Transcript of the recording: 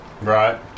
Right